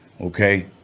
Okay